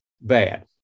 bad